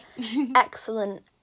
excellent